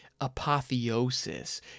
apotheosis